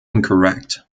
incorrect